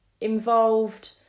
involved